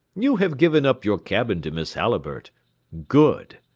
you have given up your cabin to miss halliburtt good!